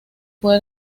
fue